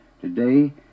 Today